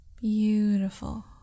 beautiful